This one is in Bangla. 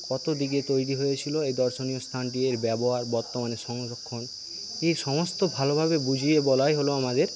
কত দিকে তৈরি হয়েছিল এই দর্শনীয় স্থানটি এর ব্যবহার বর্তমানে সংরক্ষণ এই সমস্ত ভালোভাবে বুঝিয়ে বলাই হল আমাদের